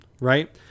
Right